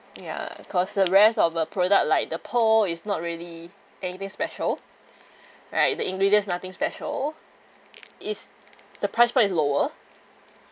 ya cause the rest of the product like the pearl is not really anything special right the ingredients nothing special is the price point is lower